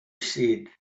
said